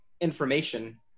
information